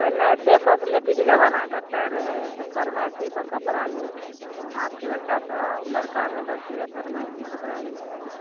पहिने एत्ते कपलेटीके जबाना कत्तऽ रहै से फरमाइशी पर कपड़ा लै छै आबके बच्चा सब लड़का रहए लड़की रहए फरमाइशी कपड़ा लै छै